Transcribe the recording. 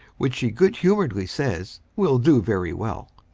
which he good humoredly says will do very well.